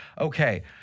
Okay